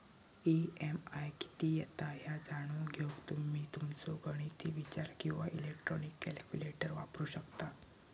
EMI किती येता ह्या जाणून घेऊक तुम्ही तुमचो गणिती विचार किंवा इलेक्ट्रॉनिक कॅल्क्युलेटर वापरू शकता